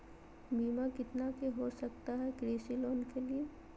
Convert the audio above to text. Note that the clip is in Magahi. बीमा कितना के हो सकता है कृषि लोन के लिए?